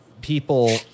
people